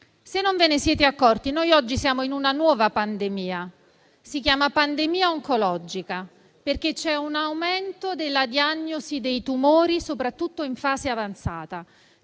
se non ve ne siete accorti, oggi siamo in una nuova pandemia, che si chiama pandemia oncologica, perché c'è un aumento della diagnosi dei tumori, soprattutto in fase avanzata,